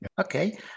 Okay